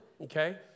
okay